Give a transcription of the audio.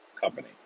company